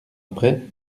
après